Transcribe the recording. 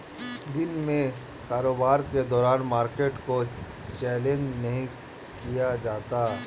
दिन में कारोबार के दौरान मार्केट को चैलेंज नहीं किया जाता